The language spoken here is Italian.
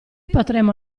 potremo